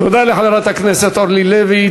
תודה לחברת הכנסת אורלי לוי.